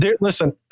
listen